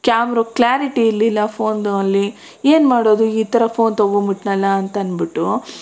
camera quality ಇರ್ಲಿಲ್ಲ ಫೋನಲ್ಲಿ ಏನ್ಮಾಡೋದು ಈ ಥರ ಫೋನ್ ತಗೊಂಡ್ಬಿಟ್ನಲ್ಲ ಅಂತಂದ್ಬಿಟ್ಟು